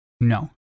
No